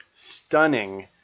stunning